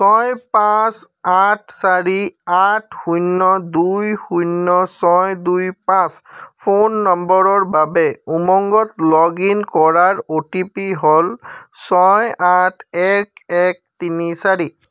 ছয় পাঁচ আঠ চাৰি আঠ শূন্য দুই শূন্য ছয় দুই পাঁচ ফোন নম্বৰৰ বাবে উমংগত লগ ইন কৰাৰ অ'টিপি হ'ল ছয় আঠ এক এক তিনি চাৰি